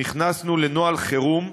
נכנסנו לנוהל חירום,